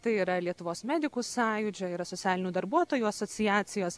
tai yra lietuvos medikų sąjūdžio yra socialinių darbuotojų asociacijos